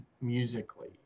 musically